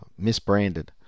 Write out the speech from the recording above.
Misbranded